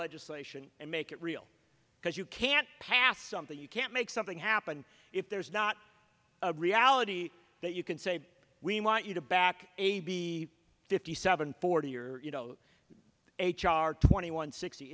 legislation and make it real because you can't pass something you can't make something happen if there's not a reality that you can say we want you to back a b fifty seven forty your h r twenty one sixty